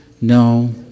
No